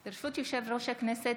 ברשות יושב-ראש הכנסת,